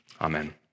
Amen